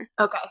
Okay